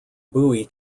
buoy